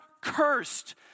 cursed